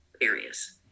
areas